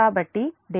కాబట్టి Δ Y